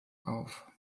auf